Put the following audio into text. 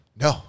No